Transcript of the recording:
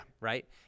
right